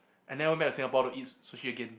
I never met in Singapore to eat sushi again